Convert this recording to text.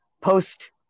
post